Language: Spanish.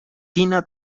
tina